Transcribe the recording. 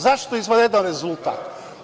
Zašto izvanredan rezultat?